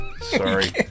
Sorry